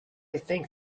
think